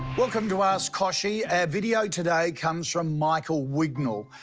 welcome to ask koshie, our video today comes from michael wignell,